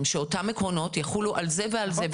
שאותם עקרונות יחולו על זה ועל זה.